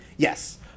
Yes